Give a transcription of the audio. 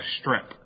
strip